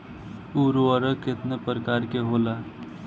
उर्वरक केतना प्रकार के होला?